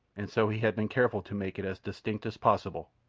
and so he had been careful to make it as distinct as possible,